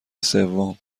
سوم